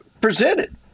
presented